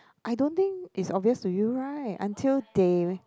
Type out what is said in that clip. I don't think it's obvious to you right until they